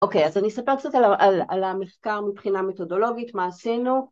אוקיי, אז אני אספר קצת על המחקר מבחינה מתודולוגית, מה עשינו